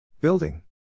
building